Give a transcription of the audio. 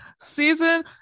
Season